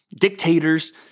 dictators